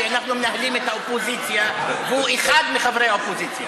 כי אנחנו מנהלים את האופוזיציה והוא אחד מחברי האופוזיציה.